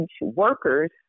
workers